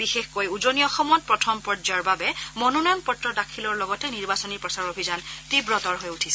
বিশেষকৈ উজনি অসমত প্ৰথম পৰ্যয়ৰ বাবে মনোনয়ন পত্ৰ দাখিলৰ লগতে নিৰ্বাচনী প্ৰচাৰ অভিযান তীব্ৰতৰ হৈ উঠিছে